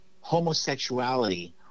homosexuality